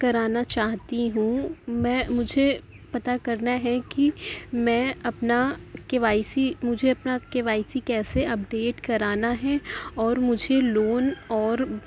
کرانا چاہتی ہوں میں مجھے پتا کرنا ہے کہ میں اپنا کے وائی سی مجھے اپنا کے وائی سی کیسے اپڈیٹ کرانا ہے اور مجھے لون اور